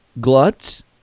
Gluts